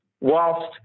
whilst